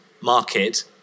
market